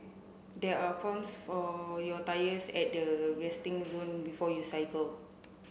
there are pumps for your tyres at the resting zone before you cycle